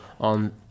on